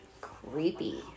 creepy